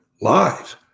live